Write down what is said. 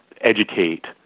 educate